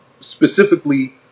specifically